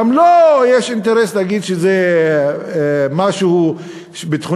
גם לו יש אינטרס להגיד שזה משהו ביטחוני,